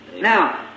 now